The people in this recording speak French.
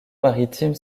maritime